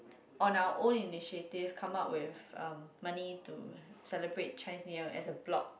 on our own initiative come out with um money to celebrate Chinese-New-Year as a block